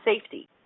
safety